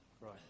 right